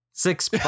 Six